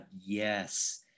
yes